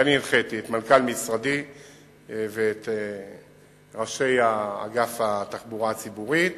ואני הנחיתי את מנכ"ל משרדי ואת ראשי אגף התחבורה הציבורית